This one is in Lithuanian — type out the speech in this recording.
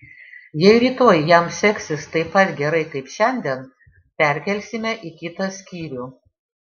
jei rytoj jam seksis taip pat gerai kaip šiandien perkelsime į kitą skyrių